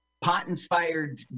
pot-inspired